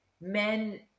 men